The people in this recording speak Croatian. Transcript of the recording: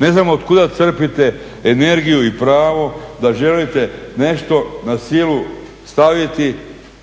Ne znam od kuda crpite energiju i pravo da želite nešto na silu staviti